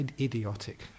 idiotic